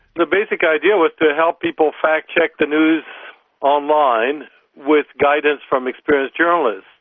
the basic idea was to help people fact check the news online with guidance from experienced journalists.